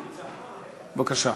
בבקשה.